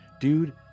Dude